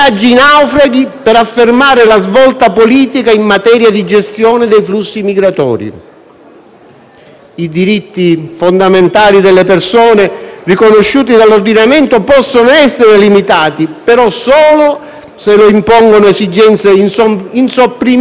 I diritti fondamentali delle persone riconosciuti dall'ordinamento possono essere limitati, ma solo se lo impongono esigenze insopprimibili di rango costituzionale e non una qualsiasi forma di strategia politica,